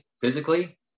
physically